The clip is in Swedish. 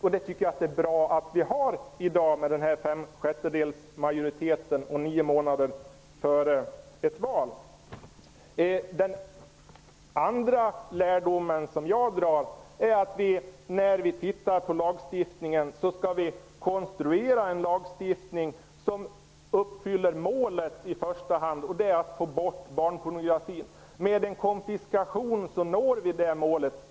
Jag tycker att det är bra att det finns i dag med reglerna om beslut med fem sjättedels majoritet och minst nio månader före valet. Den andra lärdomen jag drar är följande. Vi skall konstruera en lagstiftning som i första hand uppfyller målet, dvs. att få bort barnpornografi. Med hjälp av konfiskation når vi målet.